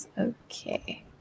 Okay